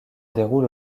déroule